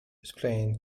explained